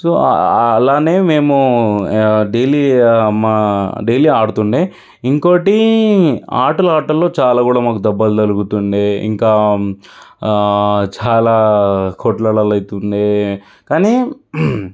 so అలానే మేము daily మ డైలీ ఆడుతుండే ఇంకొకటి ఆటలు ఆటలో చాలా కూడా మాకు దెబ్బలు తలుగుతుండేవి ఇంకా చాలా కొట్లాటలు అవుతుండేవి కానీ